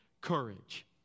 courage